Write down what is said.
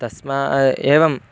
तस्मात् एवं